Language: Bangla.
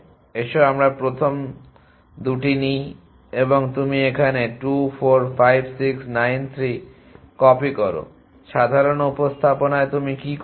এসো আমরা প্রথম 2টি নিই এবং তুমি এখানে 2 4 5 6 9 3 কপি করো সাধারণ উপস্থাপনায় তুমি কী করবে